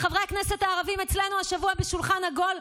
חברי הכנסת הערבים אצלנו השבוע בשולחן עגול,